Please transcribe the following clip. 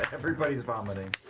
everybody's vomiting.